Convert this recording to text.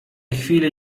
chwili